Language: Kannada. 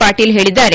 ಪಾಟೀಲ್ ಹೇಳಿದ್ದಾರೆ